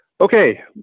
Okay